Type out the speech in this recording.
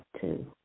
two